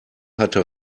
hatte